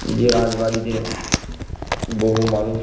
যে রাজবাড়িতে বহু মানুষ